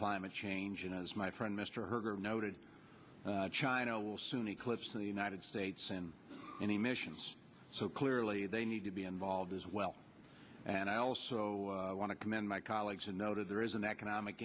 climate change and as my friend mr herder noted china will soon eclipse the united states in any missions so clearly they need to be involved as well and i also want to commend my colleagues and noted there is an economic